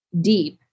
deep